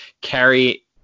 carry